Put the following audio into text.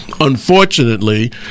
Unfortunately